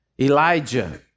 Elijah